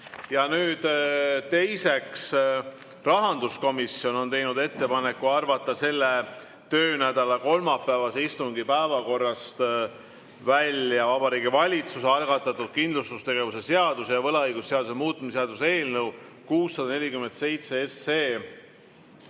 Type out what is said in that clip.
Ja teiseks, rahanduskomisjon on teinud ettepaneku arvata selle töönädala kolmapäevase istungi päevakorrast välja Vabariigi Valitsuse algatatud kindlustustegevuse seaduse ja võlaõigusseaduse muutmise seaduse eelnõu 647